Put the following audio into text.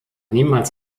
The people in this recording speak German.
niemals